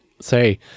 Say